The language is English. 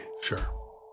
Sure